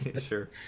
Sure